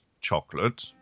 chocolate